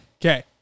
Okay